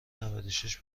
نودوشش